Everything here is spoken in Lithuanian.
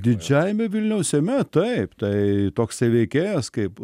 didžiajame vilniaus seime taip tai toks veikėjas kaip